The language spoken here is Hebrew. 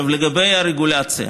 לגבי הרגולציה,